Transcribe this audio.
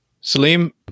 Salim